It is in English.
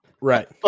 right